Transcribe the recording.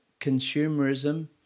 consumerism